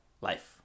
life